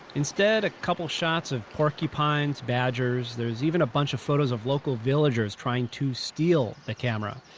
instead, a couple shots of porcupines, badgers. there's even a bunch of photos of local villagers trying to steal the camera.